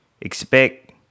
Expect